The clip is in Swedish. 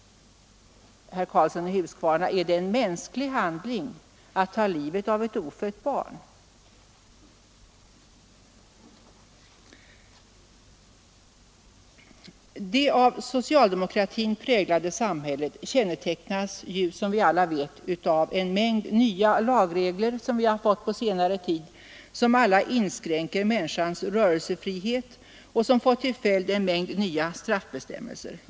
Herr Karlsson i Huskvarna, är det en mänsklig handling att ta livet av ett ofött barn? Det av socialdemokratin präglade samhället kännetecknas, som vi alla vet, av en mängd nya lagregler som alla inskränker människans rörelsefrihet och som fått till följd en mängd nya straffbestämmelser.